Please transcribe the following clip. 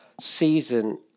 season